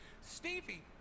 Stevie